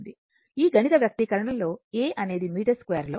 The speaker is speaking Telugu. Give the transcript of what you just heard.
ఈ గణిత వ్యక్తీకరణలో a అనేది మీటర్ స్క్వేర్ లో ఉంటుంది